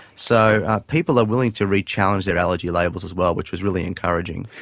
so people are willing to rechallenge their allergy labels as well, which was really encouraging.